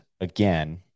again